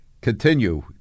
continue